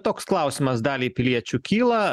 toks klausimas daliai piliečių kyla